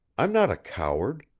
i'm not a coward.